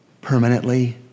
permanently